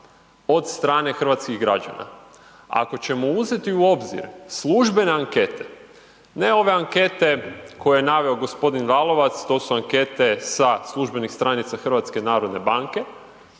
od strane hrvatskih građana. Ako ćemo uzeti u obzir službene ankete, ne ove ankete koje je naveo gospodin Lalovac to su ankete sa službenih stranica HNB-a, ako